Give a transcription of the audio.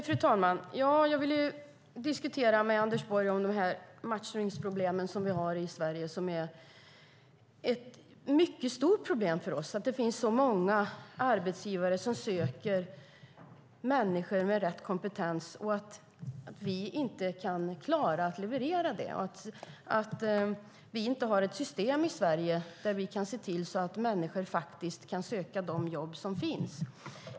Fru talman! Jag vill diskutera matchningsproblemen i Sverige med Anders Borg. Det är ett stort problem att det finns så många arbetsgivare som söker människor med rätt kompetens, men man klarar inte att leverera dem. Det finns inte ett system i Sverige som gör att människor kan söka de jobb som finns.